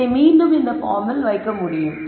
இதை மீண்டும் இந்த பார்மில் வைக்க முடியும்